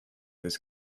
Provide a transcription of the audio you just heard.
this